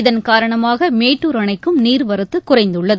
இதன் காரணமாக மேட்டூர் அணைக்கும் நீர்வரத்து குறைந்துள்ளது